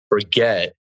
forget